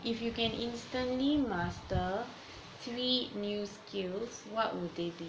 if you can instantly master three new skills what would they be